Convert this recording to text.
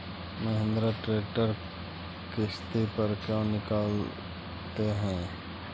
Mahindra tractor किसति पर क्यों निकालते हैं?